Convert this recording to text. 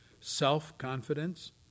self-confidence